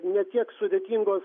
ne tiek sudėtingos